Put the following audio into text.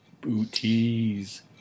Booties